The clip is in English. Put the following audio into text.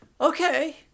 okay